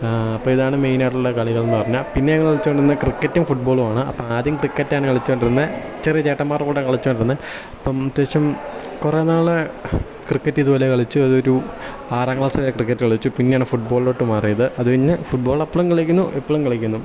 അപ്പോൾ ഇതാണ് മെയിൻ ആയിട്ടുള്ള കളികളെന്ന് പറഞ്ഞാൽ പിന്നെ ഞങ്ങൾ കളിച്ചുകൊണ്ടിരുന്നത് ക്രിക്കറ്റും ഫുട്ബോളും ആണ് അപ്പോൾ ആദ്യം ക്രിക്കറ്റ് ആണ് കളിച്ചുകൊണ്ടിരുന്നത് ചെറിയ ചേട്ടന്മാരുടെ കൂടെ കളിച്ചുകൊണ്ടിരുന്നത് അപ്പം അത്യാവശ്യം കുറേ നാൾ ക്രിക്കറ്റ് ഇതുപോലെ കളിച്ചു അതൊരു ആറാം ക്ലാസ് വരെ ക്രിക്കറ്റ് കളിച്ചു പിന്നെയാണ് ഫുട്ബോളിലോട്ട് മാറിയത് അതുകഴിഞ്ഞ് ഫുട്ബോൾ അപ്പോളും കളിക്കുന്നു ഇപ്പോളും കളിക്കുന്നു